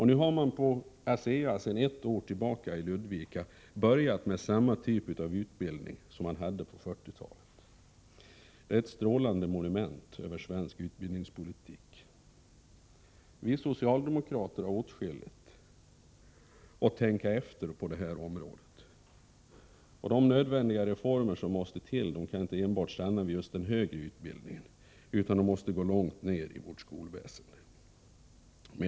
Vid ASEA i Ludvika har man sedan ett år tillbaka börjat med samma typ av utbildning som man hade på 40-talet. Det är ett strålande monument över svensk utbildningspolitik! Vi socialdemokrater har stor anledning till eftertanke på det här området. De reformer som måste till får inte begränsa sig till enbart den högre utbildningen utan måste gå långt ner i vårt skolväsende.